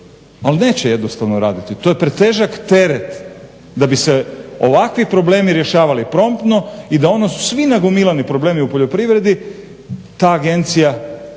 ali neće jednostavno raditi. To je pretežak teret da bi se ovakvi problemi rješavali promptno i da ono svi nagomilani problemi u poljoprivredi ta agencija